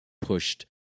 pushed